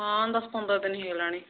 ହଁ ଦଶ ପନ୍ଦର ଦିନ ହୋଇଗଲାଣି